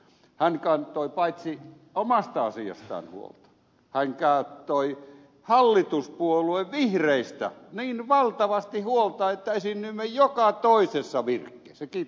hän kantoi paitsi omasta asiastaan huolta myös hallituspuolue vihreistä niin valtavasti huolta että esiinnyimme joka toisessa virkkeessä